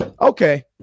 okay